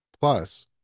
Plus